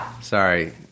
Sorry